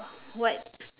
what